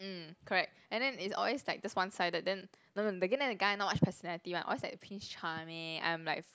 mm correct and then it's always like just one sided then guy not much personality one always like prince charming I'm like